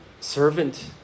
servant